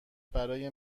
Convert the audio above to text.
برای